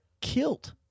kilt